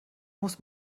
muss